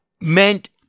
meant